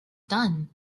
done